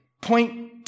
point